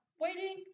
waiting